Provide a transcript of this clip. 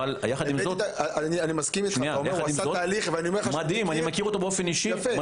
אתה אומר שהוא עשה תהליך --- אני מכיר אותו באופן אישי,